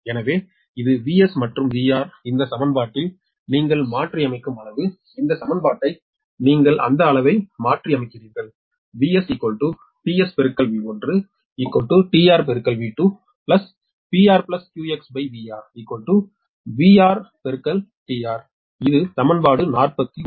எனவே இது |𝑽𝑺| மற்றும் |𝑽𝑹| இந்த சமன்பாட்டில் நீங்கள் மாற்றியமைக்கும் அளவு இந்த சமன்பாட்டை நீங்கள் அந்த அளவை மாற்றியமைக்கிறீர்கள் இது சமன்பாடு 41